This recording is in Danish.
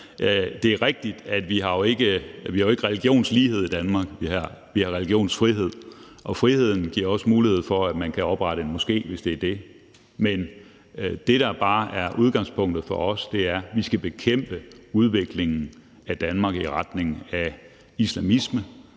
Det er rigtigt, at vi jo ikke har religionslighed i Danmark; vi har religionsfrihed. Og friheden giver også mulighed for, at man kan oprette en moské, hvis det er det, man vil. Men det, der bare er udgangspunktet for os, er, at vi skal bekæmpe udviklingen af Danmark i retning af islamisme,